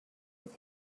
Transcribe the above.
with